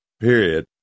period